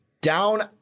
down